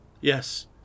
yes